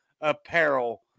apparel